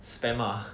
spam uh